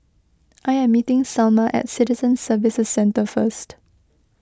I am meeting Selma at Citizen Services Centre first